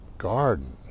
garden